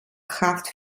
kraft